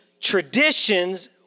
traditions